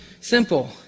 simple